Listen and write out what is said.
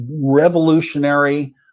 revolutionary